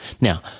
Now